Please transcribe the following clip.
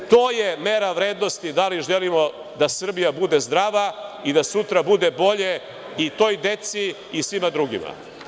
To je mera vrednosti da li želimo da Srbija bude zdrava i da sutra bude bolje i toj deci i svima drugima.